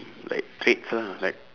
like traits lah like